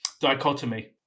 dichotomy